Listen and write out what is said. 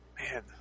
Man